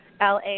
LA